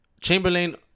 Chamberlain